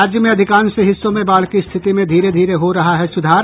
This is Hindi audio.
राज्य में अधिकांश हिस्सों में बाढ़ की स्थिति में धीरे धीरे हो रहा है सुधार